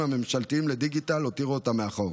הממשלתיים לדיגיטל הותיר אותם מאחור.